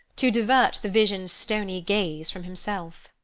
to divert the vision's stony gaze from himself.